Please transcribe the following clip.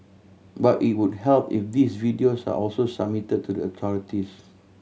but it would help if these videos are also submitted to the authorities